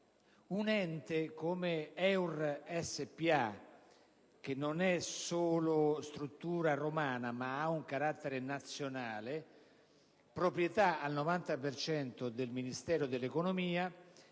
un ente come EUR Spa, che non è solo struttura romana ma ha anche carattere nazionale, proprietà al 90 per cento del Ministero dell'economia,